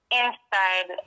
inside